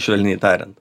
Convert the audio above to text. švelniai tariant